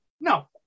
No